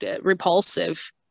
repulsive